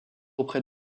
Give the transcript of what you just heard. auprès